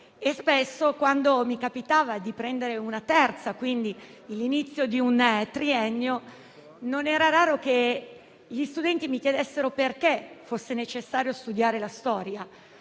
superiori. Quando mi capitava di prendere una terza classe, quindi all'inizio di un triennio, non era raro che gli studenti mi chiedessero perché fosse necessario studiare la storia,